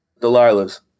Delilah's